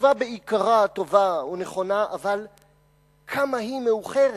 התשובה בעיקרה טובה או נכונה אבל כמה היא מאוחרת.